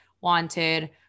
wanted